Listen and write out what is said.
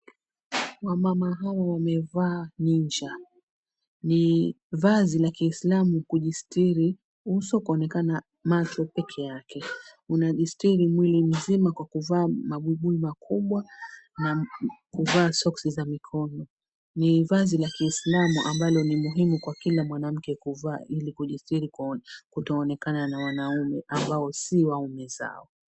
Wamama hawa wamevaa ninja. Ni vazi la kiislamu kujistiri uso kuonekana macho pekeake. Unajistiri mwili mzima kwa kuvaa mabuibui makubwa na kuvaa soksi za mikono. Ni vazi la kiislamu ambalo ni muhimu kwa kila mwanamke kuvaa ili kujistiri kutoonekana na wanaume ambao sio waume zao.